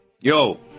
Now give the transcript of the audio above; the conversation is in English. Yo